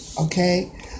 okay